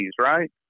right